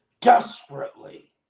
desperately